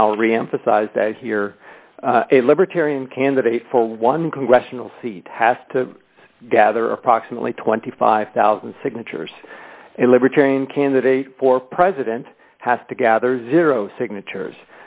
that here a libertarian candidate for one congressional seat has to gather approximately twenty five thousand dollars signatures and libertarian candidate for president has to gather zero signatures